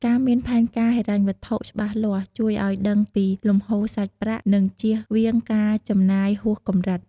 ការមានផែនការហិរញ្ញវត្ថុច្បាស់លាស់ ជួយឲ្យដឹងពីលំហូរសាច់ប្រាក់ និងជៀសវាងការចំណាយហួសកម្រិត។